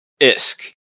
ISK